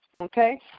okay